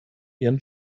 ihren